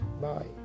bye